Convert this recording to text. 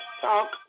Talk